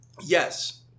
Yes